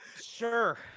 Sure